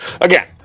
again